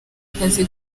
akazi